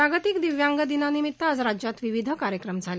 जागतिक दिव्यांग दिनानिमित आज राज्याच सर्वत्र विविध कार्यक्रम झाले